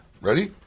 Ready